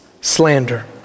slander